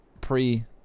pre